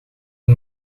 een